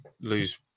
lose